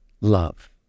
love